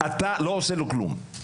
אתה לא עושה לו כלום".